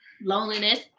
loneliness